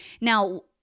now